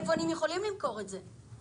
היבואנים יכולים למכור את זה.